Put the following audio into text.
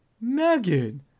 Megan